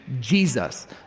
Jesus